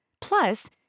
Plus